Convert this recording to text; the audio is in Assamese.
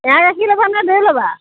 এৱাঁ গাখীৰ ল'বা নে দৈ ল'বা